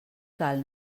cal